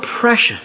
precious